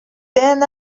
then